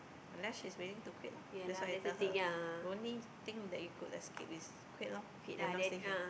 unless she's willing to quit loh that's what I tell her the only thing that you could escape is quit loh and not stay here